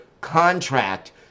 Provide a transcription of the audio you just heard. contract